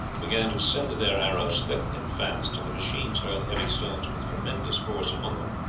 began to send their arrows thick and fast, and the machines hurled heavy stones with tremendous force among them.